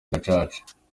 gacaca